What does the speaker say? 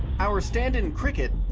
our stand in cricket.